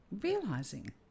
realizing